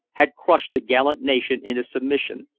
had crushed the gallant nation into submission,